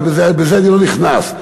ולזה אני לא נכנס.